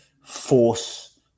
force